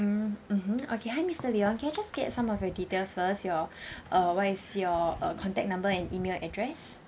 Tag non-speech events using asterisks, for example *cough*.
mm mmhmm okay hi mister leon can I just get some of your details first your *breath* uh what is your uh contact number and email address